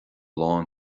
lán